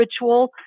ritual